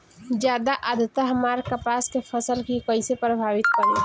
ज्यादा आद्रता हमार कपास के फसल कि कइसे प्रभावित करी?